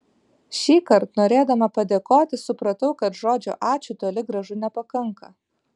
šįkart norėdama padėkoti supratau kad žodžio ačiū toli gražu nepakanka